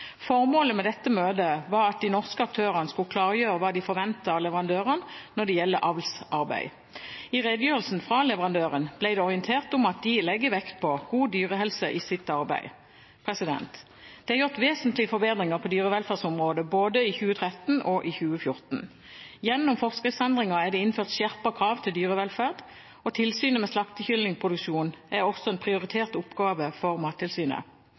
Formålet med dette møtet var at de norske aktørene skulle klargjøre hva de forventet av leverandørene når det gjelder avlsarbeid. I redegjørelsen fra leverandøren ble det orientert om at de legger vekt på god dyrehelse i sitt arbeid. Det er gjort vesentlige forbedringer på dyrevelferdsområdet både i 2013 og i 2014. Gjennom forskriftsendringer er det innført skjerpede krav til dyrevelferd, og tilsynet med slaktekyllingproduksjon er også en prioritert oppgave for Mattilsynet.